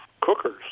cookers